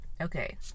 Okay